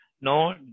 no